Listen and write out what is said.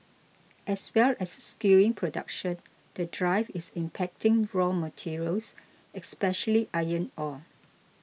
as well as skewing production the drive is impacting raw materials especially iron ore